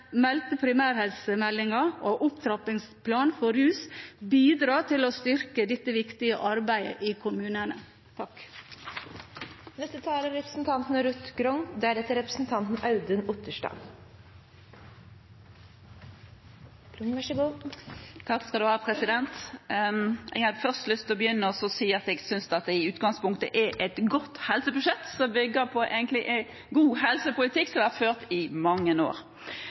meldte primærhelsemeldingen og opptrappingsplanen for rus bidra til å styrke dette viktige arbeidet i kommunene. Jeg hadde først lyst til å si at jeg synes det i utgangspunktet er et godt helsebudsjett, som bygger på en god helsepolitikk som har vært ført i mange år.